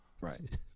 Right